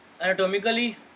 anatomically